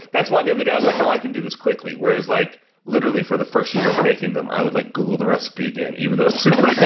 that's why the other day i was like, oh i can do this quickly. whereas like literally for the first year of making them, i would like google the recipe again, even though it's super so.